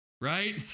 Right